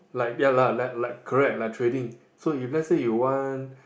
like ya lah like like correct like trading so you let's say you want